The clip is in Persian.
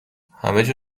همهجا